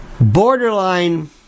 Borderline